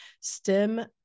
STEM